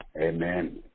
amen